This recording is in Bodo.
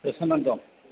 एरसननानै दं